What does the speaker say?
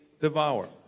devour